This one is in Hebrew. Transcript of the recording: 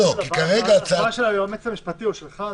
ההצעה שלך, אדוני,